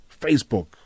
Facebook